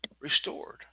restored